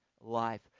life